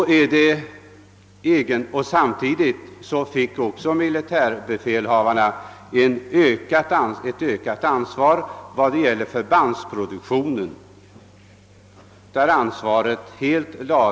Samtidigt fick militärbefälhavarna också ett ökat ansvar i vad gäller förbandsproduktionen genom ökad kontroll.